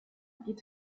geht